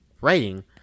Writing